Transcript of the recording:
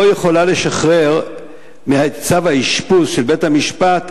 יכולה לשחרר מצו האשפוז של בית-המשפט,